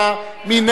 מי נגד,